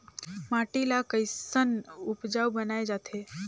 माटी ला कैसन उपजाऊ बनाय जाथे?